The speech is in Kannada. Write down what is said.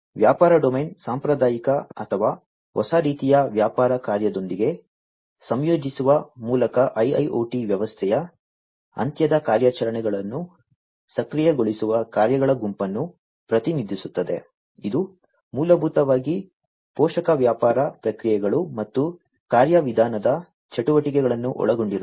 ವ್ಯಾಪಾರ ಡೊಮೇನ್ ಸಾಂಪ್ರದಾಯಿಕ ಅಥವಾ ಹೊಸ ರೀತಿಯ ವ್ಯಾಪಾರ ಕಾರ್ಯದೊಂದಿಗೆ ಸಂಯೋಜಿಸುವ ಮೂಲಕ IIoT ವ್ಯವಸ್ಥೆಯ ಅಂತ್ಯದ ಕಾರ್ಯಾಚರಣೆಗಳನ್ನು ಸಕ್ರಿಯಗೊಳಿಸುವ ಕಾರ್ಯಗಳ ಗುಂಪನ್ನು ಪ್ರತಿನಿಧಿಸುತ್ತದೆ ಇದು ಮೂಲಭೂತವಾಗಿ ಪೋಷಕ ವ್ಯಾಪಾರ ಪ್ರಕ್ರಿಯೆಗಳು ಮತ್ತು ಕಾರ್ಯವಿಧಾನದ ಚಟುವಟಿಕೆಗಳನ್ನು ಒಳಗೊಂಡಿರುತ್ತದೆ